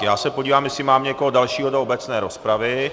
Já se podívám, jestli mám někoho dalšího do obecné rozpravy.